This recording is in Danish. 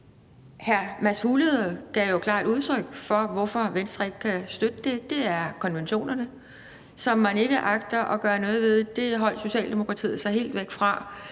hr. Mads Fuglede jo gav klart udtryk for, hvorfor Venstre ikke kan støtte det. Det er konventionerne, som man ikke agter at gøre noget ved. Det holdt Socialdemokratiet sig helt væk fra.